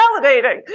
validating